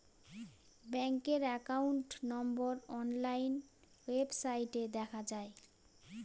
ব্যাঙ্কের একাউন্ট নম্বর অনলাইন ওয়েবসাইটে দেখা যায়